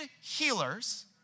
healers